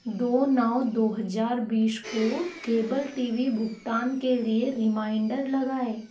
दो नौ दो हज़ार बीस को केबल टी वी भुगतान के लिए रिमाइंडर लगाऐं